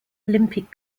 olympic